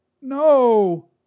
No